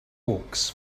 hawks